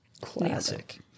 Classic